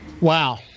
Wow